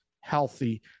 healthy